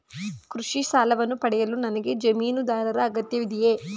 ಕೃಷಿ ಸಾಲವನ್ನು ಪಡೆಯಲು ನನಗೆ ಜಮೀನುದಾರರ ಅಗತ್ಯವಿದೆಯೇ?